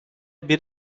bir